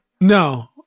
No